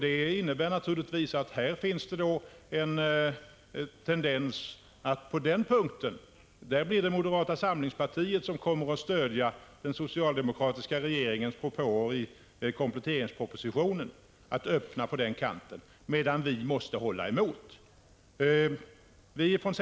Det innebär naturligtvis att det finns en tendens till att moderata samlingspartiet kommer att stödja den socialdemokratiska regeringens propåer i kompletteringspropositionen när det gäller att öppna möjligheterna på den kanten, medan vi måste hålla emot.